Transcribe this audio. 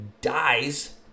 dies